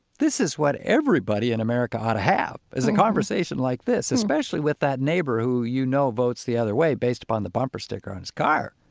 this is what everybody in america ought to have is a conversation like this, especially with that neighbor who you know votes the other way, based upon the bumper sticker on his car.